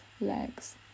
legs